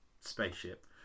spaceship